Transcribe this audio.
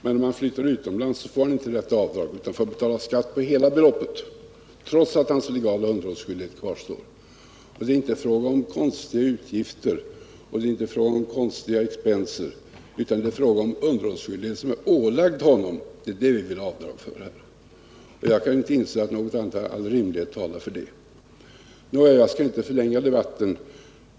Men om han flyttar utomlands får han inte detta avdrag utan måste betala skatt för hela beloppet, trots att hans legala underhållsskyldighet kvarstår. Är detta rimligt? Det är inte fråga om några konstiga utgifter, utan det är fråga om underhållsskyldighet som är ålagd honom. Det är vad vi vill ha avdrag för. Jag kan inte inse annat än att all rimlighet talar för det. Jag skall inte förlänga debatten.